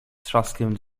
trzaskiem